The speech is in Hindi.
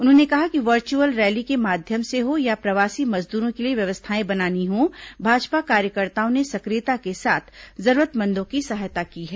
उन्होंने कहा कि वर्चुअल रैली के माध्यम से हो या प्रवासी मजदूरों के लिए व्यवस्थाएं बनानी हों भाजपा कार्यकर्ताओं ने सक्रियता के साथ जरूरतमंदों की सहायता की है